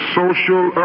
social